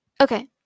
Okay